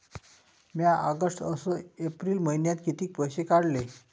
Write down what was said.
म्या ऑगस्ट अस एप्रिल मइन्यात कितीक पैसे काढले?